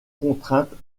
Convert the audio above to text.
contraintes